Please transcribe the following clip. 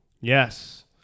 Yes